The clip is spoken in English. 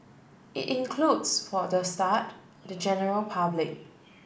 it includes for the start the general public